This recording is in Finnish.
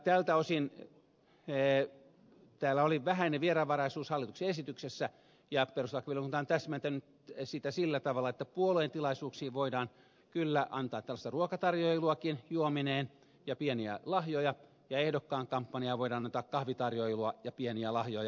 tältä osin täällä oli vähäinen vieraanvaraisuus hallituksen esityksessä ja perustuslakivaliokunta on täsmentänyt sitä sillä tavalla että puolueen tilaisuuksiin voidaan kyllä antaa tällaista ruokatarjoiluakin juomineen ja pieniä lahjoja ja ehdokkaan kampanjaan voidaan antaa kahvitarjoilua ja pieniä lahjoja